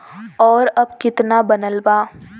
और अब कितना बनल बा?